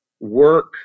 work